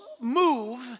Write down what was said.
move